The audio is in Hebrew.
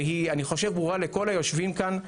ואני חושב שהיא ברורה לכל היושבים כאן,